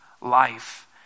life